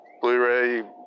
Blu-ray